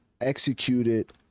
executed